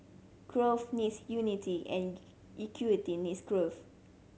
growth needs unity and equity needs growth